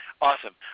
Awesome